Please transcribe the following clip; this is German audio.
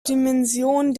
dimension